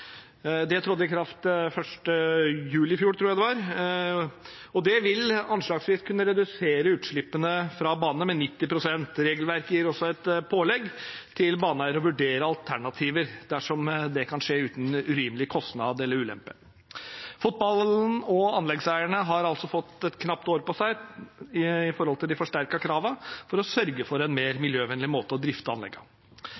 Det trådte i kraft 1. juli i fjor, tror jeg det var, og det vil anslagsvis kunne redusere utslippet fra banene med 90 pst. Regelverket gir også et pålegg til baneeier om å vurdere alternativer dersom det kan skje uten urimelig kostnad eller ulempe. Fotballen og anleggseierne har altså fått et knapt år på seg i forhold til de forsterkede kravene for å sørge for en mer